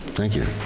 thank you.